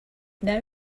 now